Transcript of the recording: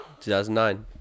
2009